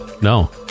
no